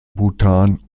bhutan